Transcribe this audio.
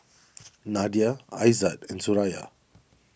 Nadia Aizat and Suraya